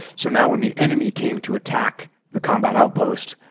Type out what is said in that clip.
so now when the enemy came to attack the combat outpost,